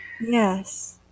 Yes